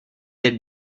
their